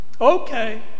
Okay